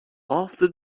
after